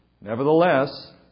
Nevertheless